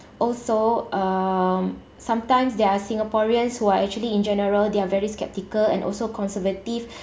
also um sometimes there are singaporeans who are actually in general they are very skeptical and also conservative